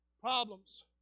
Problems